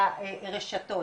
ברשתות,